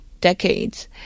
decades